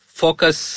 focus